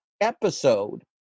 episode